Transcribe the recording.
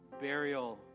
burial